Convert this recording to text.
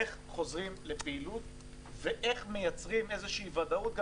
איך חוזרים לפעילות ואיך מייצרים ודאות גם